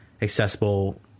accessible